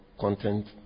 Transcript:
content